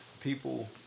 people